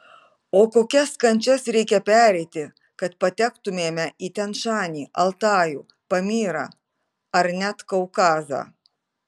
o kokias kančias reikia pereiti kad patektumėme į tian šanį altajų pamyrą ar net kaukazą